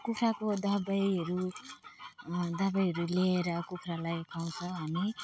कुखुराको दबाईहरू दबाईहरू लिएर कुखुरालाई खुवाउँछौँ हामी